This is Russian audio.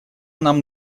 нам